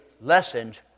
lessons